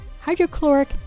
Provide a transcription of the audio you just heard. hydrochloric